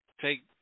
take